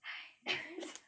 !hais!